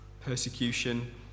persecution